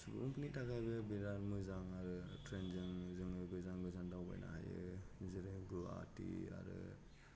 सुबुंफोरनि थाखायनो बेराद मोजां जागोन आरो दा ट्रेनजों जों गोजान गोजान दावबायनो हायो जेरै गुवाहाटि आरो